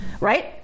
right